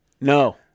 No